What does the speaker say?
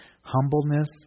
Humbleness